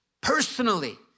personally